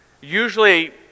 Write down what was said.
usually